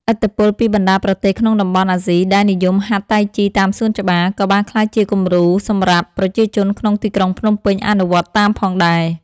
ឥទ្ធិពលពីបណ្ដាប្រទេសក្នុងតំបន់អាស៊ីដែលនិយមហាត់តៃជីតាមសួនច្បារ ក៏បានក្លាយជាគំរូសម្រាប់ប្រជាជនក្នុងទីក្រុងភ្នំពេញអនុវត្តតាមផងដែរ។